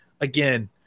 again